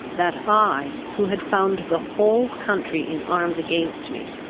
that i, who had found the whole country in arms against me,